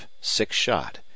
six-shot